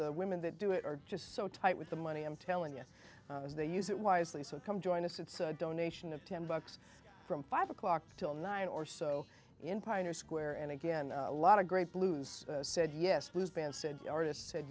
the women that do it are just so tight with the money i'm telling it as they use it wisely so come join us it's a donation of ten bucks from five o'clock till nine or so in pioneer square and again a lot of great blues said yes was band said artist said